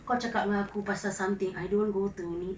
kau cakap dengan aku pasal something I don't go to ni